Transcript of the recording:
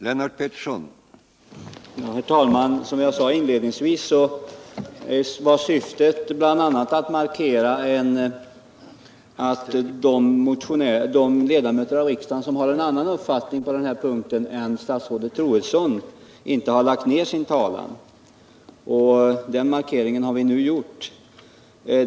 Herr talman! Som jag sade inledningsvis var syftet bl.a. att markera att de ledamöter av riksdagen som har en annan uppfattning på den här punkten än statsrådet Troedsson inte har lagt ned sin talan. Den markeringen har vi nu gjort.